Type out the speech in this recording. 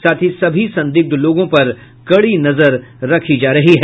साथ ही सभी संदिग्ध लोगों पर कड़ी नजर रखी जा रही है